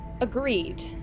Agreed